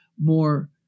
more